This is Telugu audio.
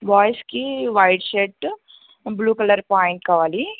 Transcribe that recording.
బాయ్స్కి white shirt blue colour pant కావాలి